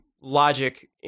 logic